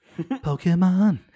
Pokemon